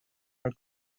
her